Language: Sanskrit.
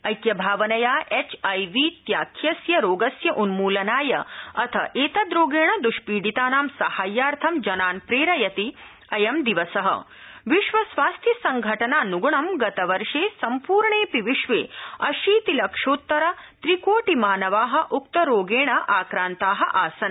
ऐक्यभावनया एच्आईवीत्याख्यस्य रोगस्य उन्मूलनाय अथ एतद्रोगेण दृष्पीडितानां साहाव्याथैं जनान् प्रेरयति अयं दिवस विश्वस्वास्थ्य संघटनान्गुणं गतवर्षे सम्पूर्णेपि विश्वे अशीतिलक्षोत्तर त्रिकोटि मानवा उक्तरोगेण आक्रान्ता आसन्